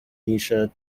nietzsche